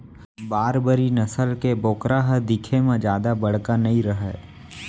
बारबरी नसल के बोकरा ह दिखे म जादा बड़का नइ रहय